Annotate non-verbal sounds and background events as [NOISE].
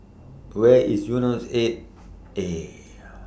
Where IS Eunos eight A [NOISE]